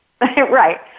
right